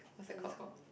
what is it called